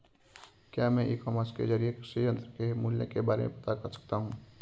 क्या मैं e commerce के ज़रिए कृषि यंत्र के मूल्य के बारे में पता कर सकता हूँ?